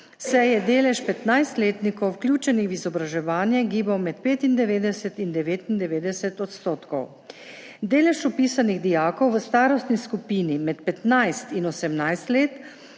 se je delež 15-letnikov, vključenih v izobraževanje, gibal med 95 in 99 %. Delež vpisanih dijakov v starostni skupini med 15 in 18 let